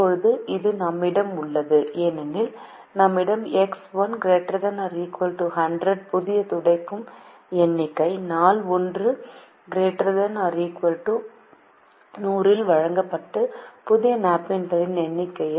இப்போது இது நம்மிடம் உள்ளது ஏனெனில் நம்மிடம் எக்ஸ் 1 ≥100 புதிய துடைக்கும் எண்ணிக்கை நாள் 1 ≥ 100 இல் வாங்கப்பட்ட புதிய நாப்கின்களின் எண்ணிக்கை